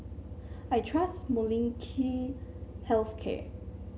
I trust Molnylcke Health Care